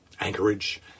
Anchorage